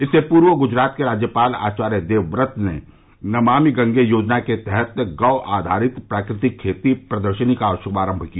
इससे पूर्व गुजरात के राज्यपाल आचार्य देवव्रत ने नमामि गंगे योजना के तहत गौ आधारित प्राकृतिक खेती प्रदर्शनी का श्मारंभ किया